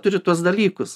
turi tuos dalykus